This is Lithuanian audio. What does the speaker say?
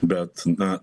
bet na